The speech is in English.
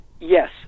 yes